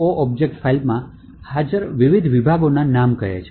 o object ફાઇલમાં હાજર વિવિધ વિભાગોના નામ કહે છે